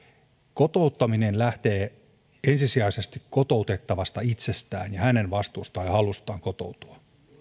kotouttaminen lähtee ensisijaisesti kotoutettavasta itsestään ja hänen vastuustaan ja halustaan kotoutua